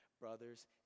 brothers